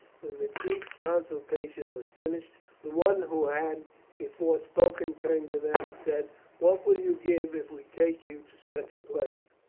when the chiefs' consultation was finished, the one who had before spoken turned to them and said what will you give if we take you to such a place?